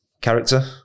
character